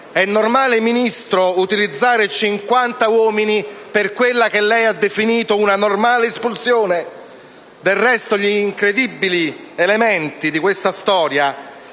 È normale, Ministro, utilizzare 50 uomini per quella che lei ha definito una normale espulsione? Del resto, di elementi incredibili questa storia,